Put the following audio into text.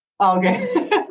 okay